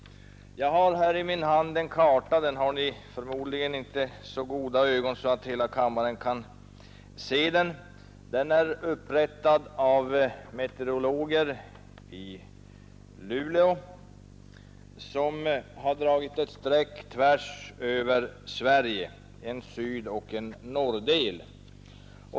Jag har här i min hand en karta — ni har förmodligen inte så goda ögon att hela kammaren kan se den. Den är upprättad av meteorologer i Luleå som har dragit ett streck tvärs över Sverige, så att det blivit en sydoch en norrdel.